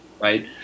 right